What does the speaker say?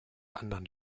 anderen